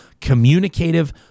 communicative